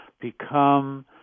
become